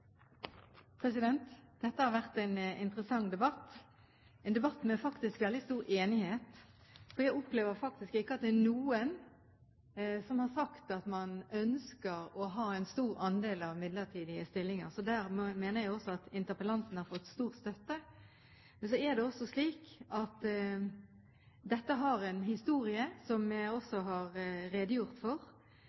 har vært en interessant debatt, en debatt med stor enighet. Jeg opplever faktisk at det ikke er noen som har sagt at man ønsker å ha en stor andel av midlertidige stillinger, så der mener jeg at interpellanten har fått stor støtte. Men dette har en historie, som jeg også har redegjort for,